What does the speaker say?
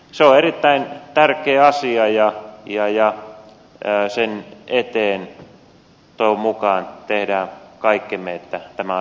se on erittäin tärkeä asia ja sen eteen toivon mukaan teemme kaikkemme että tämä asia helpottuisi